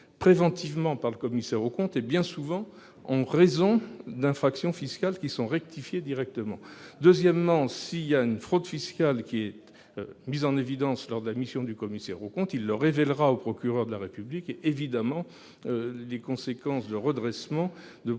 préventivement par le commissaire aux comptes, bien souvent en raison d'infractions fiscales qui sont rectifiées directement. Par ailleurs, si une fraude fiscale est mise en évidence lors de la mission du commissaire aux comptes, il le révélera au procureur de la République et, bien évidemment,